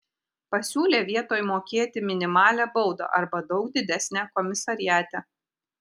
pasiūlė vietoj mokėti minimalią baudą arba daug didesnę komisariate